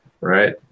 right